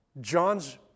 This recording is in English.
John's